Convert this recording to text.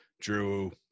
drew